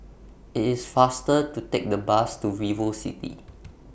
IT IS faster to Take The Bus to Vivo City